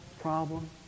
problem